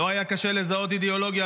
לא היה קשה לזהות אידיאולוגיה,